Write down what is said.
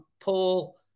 Paul